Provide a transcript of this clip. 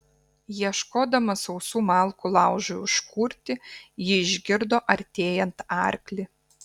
ieškodama sausų malkų laužui užkurti ji išgirdo artėjant arklį